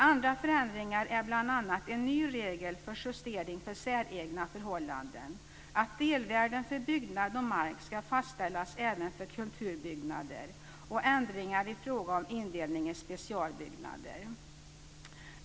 Andra förändringar är bl.a. en ny regel för justering för säregna förhållanden, att delvärden för byggnad och mark ska fastställas även för kulturbyggnader och ändringar i fråga om indelning i specialbyggnader.